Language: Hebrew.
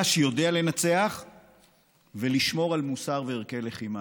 שיודע לנצח ולשמור על מוסר וערכי לחימה.